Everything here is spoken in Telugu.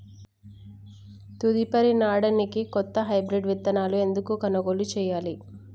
తదుపరి నాడనికి కొత్త హైబ్రిడ్ విత్తనాలను ఎందుకు కొనుగోలు చెయ్యాలి?